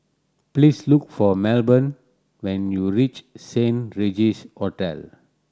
please look for Melbourne when you reach Saint Regis Hotel